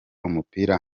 umupira